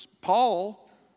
Paul